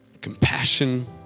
compassion